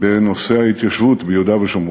בנושא ההתיישבות ביהודה ושומרון,